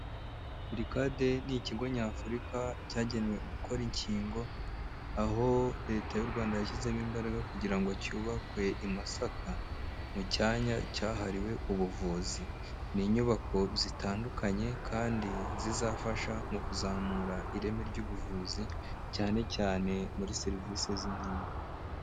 Burikade ni ikigo nyafurika cyagenewe gukora inkingo, aho leta y'u rwanda yashyizemo imbaraga kugira ngo cyubakwe i masaka, mu cyanya cyahariwe ubuvuzi. Ni' inyubako zitandukanye kandi zizafasha mu kuzamura ireme ry'ubuvuzi cyane cyane muri serivisi z'inkingo.